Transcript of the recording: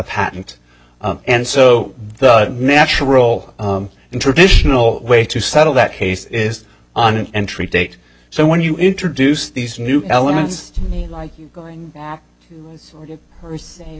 patent and so the natural and traditional way to settle that case is on an entry date so when you introduce these new elements to me like you're going t